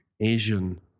Asian